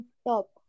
stop